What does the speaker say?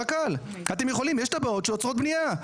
אתם יכולים, יש תב"עות שעוצרות בניה.